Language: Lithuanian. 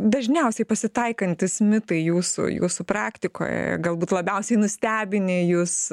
dažniausiai pasitaikantys mitai jūsų jūsų praktikoje galbūt labiausiai nustebinę jus